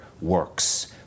works